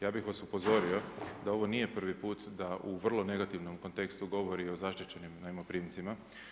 Ja bih vas upozorio da ovo nije prvi put da u vrlo negativnom kontekstu govori o zaštićenim najmoprimcima.